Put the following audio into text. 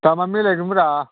दामा मिलायगोनब्रा